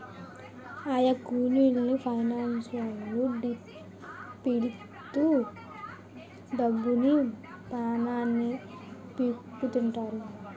అమాయకుల్ని ఫైనాన్స్లొల్లు పీడిత్తు డబ్బుని, పానాన్ని పీక్కుతింటారు